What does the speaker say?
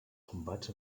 combats